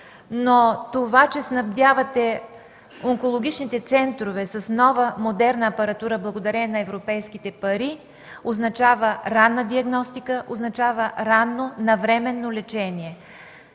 Това че снабдявате онкологичните центрове с нова модерна апаратура, благодарение на европейските пари, означава ранна диагностика, ранно, навременно лечение.